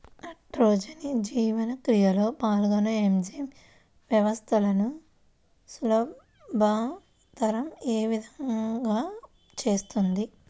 నత్రజని జీవక్రియలో పాల్గొనే ఎంజైమ్ వ్యవస్థలను సులభతరం ఏ విధముగా చేస్తుంది?